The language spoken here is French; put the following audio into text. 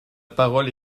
parole